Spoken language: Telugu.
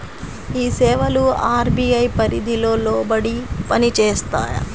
ఈ సేవలు అర్.బీ.ఐ పరిధికి లోబడి పని చేస్తాయా?